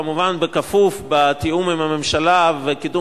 כמובן בכפוף לתיאום עם הממשלה וקידום